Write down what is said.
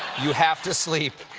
you have to sleep.